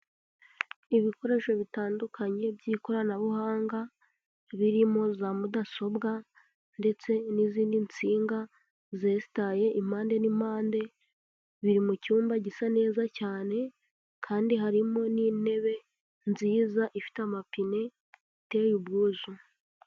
Ibikoresho bitandukanye by'ikoranabuhanga birimo za mudasobwa ndetse n'izindi nsinga zesitaye impande n'impande, biri mu cyumba gisa neza cyane kandi harimo n'intebe nziza ifite amapine iteye ubwuzu.